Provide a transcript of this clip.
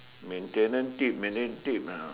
maintenance tip maintain tip ah